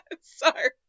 Sorry